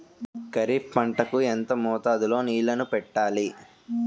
ఖరిఫ్ పంట కు ఎంత మోతాదులో నీళ్ళని పెట్టాలి?